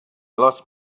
lost